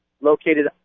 located